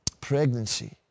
pregnancy